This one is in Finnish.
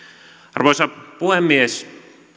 arvoisa puhemies